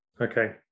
Okay